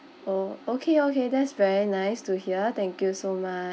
oh okay okay that's very nice to hear thank you so much